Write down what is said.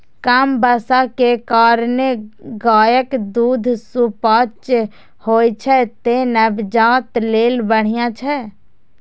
कम बसा के कारणें गायक दूध सुपाच्य होइ छै, तें नवजात लेल बढ़िया छै